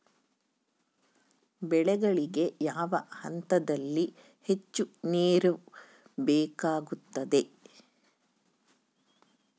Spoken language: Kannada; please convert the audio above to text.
ಬೆಳೆಗಳಿಗೆ ಯಾವ ಹಂತದಲ್ಲಿ ಹೆಚ್ಚು ನೇರು ಬೇಕಾಗುತ್ತದೆ?